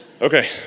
Okay